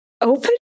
open